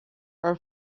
are